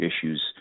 issues